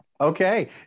Okay